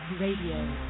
Radio